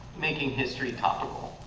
making history topical.